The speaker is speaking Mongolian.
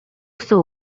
гэсэн